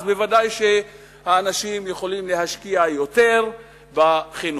בוודאי האנשים יכולים להשקיע יותר בחינוך.